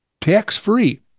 tax-free